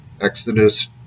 Exodus